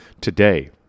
today